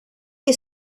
que